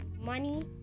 money